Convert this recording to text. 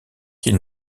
qu’il